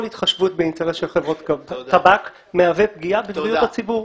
התחשבות באינטרס של חברות טבק מהווה פגיעה בבריאות הציבור.